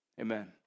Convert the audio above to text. amen